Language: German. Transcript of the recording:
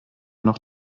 noch